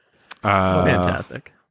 Fantastic